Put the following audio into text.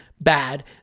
bad